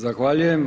Zahvaljujem.